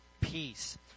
peace